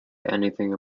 anything